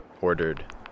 ordered